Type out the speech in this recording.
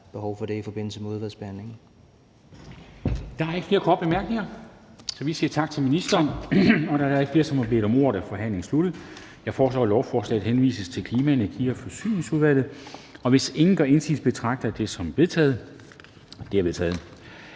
14:29 Formanden (Henrik Dam Kristensen): Der er ikke flere korte bemærkninger, så vi siger tak til ministeren. Da der ikke er flere, som har bedt om ordet, er forhandlingen sluttet. Jeg foreslår, at lovforslaget henvises til Klima-, Energi- og Forsyningsudvalget. Hvis ingen gør indsigelse, betragter jeg det som vedtaget. Det er vedtaget.